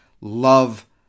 love